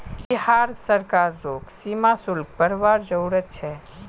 बिहार सरकार रोग सीमा शुल्क बरवार जरूरत छे